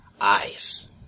Eyes